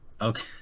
Okay